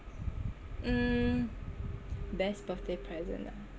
mm best birthday present ah